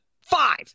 five